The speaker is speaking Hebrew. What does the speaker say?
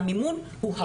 המימון הוא הרבה מאוד כסף.